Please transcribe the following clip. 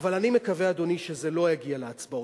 אבל אני מקווה, אדוני, שזה לא יגיע להצבעות.